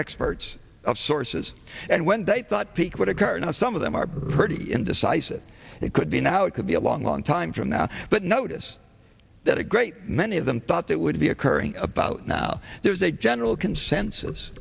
experts of sources and when they thought peak would occur now some of them are pretty indecisive it could be now it could be a long long time from now but notice that a great many of them thought that would be occurring about now there's a general consensus